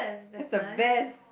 that's the best